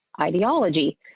ideology